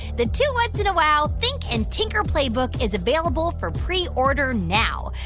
the two whats? and a wow! think and tinker playbook is available for preorder now.